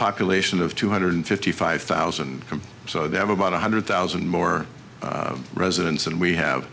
population of two hundred fifty five thousand so they have about one hundred thousand more residents and we have